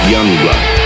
Youngblood